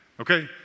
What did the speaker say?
Okay